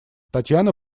татьяна